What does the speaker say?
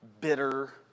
bitter